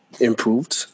improved